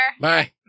Bye